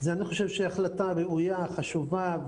אני חושב שזו החלטה ראויה וחשובה.